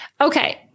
okay